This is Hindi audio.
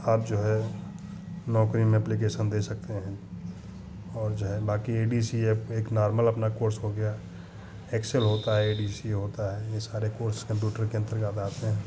आप जो है नौकरी में अप्लीकेशन दे सकते हैं और जो है बाकी ए डी सी ए एक अपना नार्मल अपना कोर्स हो गया एक्सेल कोर्स होता है ए डी सी होता है ये सारे कोर्स कम्प्यूटर के अंतर्गत आते हैं